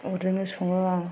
अरजोंनो सङो आं